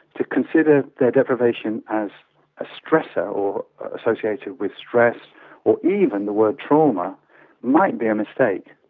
to consider their deprivation as a stressor or associated with stress or even the word trauma might be a mistake,